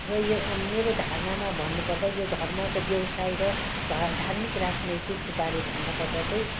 र यो मेरो धारणामा भन्नुपर्दा यो धर्मको व्यवसाय र ध धार्मिक राजनैतिक बारे भन्नु पर्दा चाहिँ